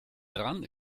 dran